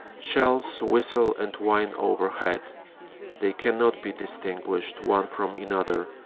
shells whistle and whine overhead they cannot be distinguished one from another,